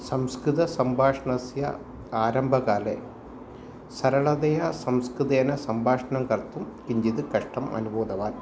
संस्कृतसम्भाषणस्य आरम्भकाले सरलतया संस्कृतेन सम्भाषणं कर्तुं किञ्चित् कष्टम् अनुभूतवान्